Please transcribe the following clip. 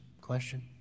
Question